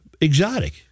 exotic